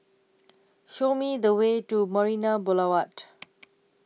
Show Me The Way to Marina Boulevard